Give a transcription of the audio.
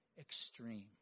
extreme